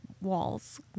walls